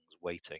waiting